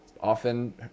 often